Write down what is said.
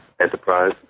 enterprise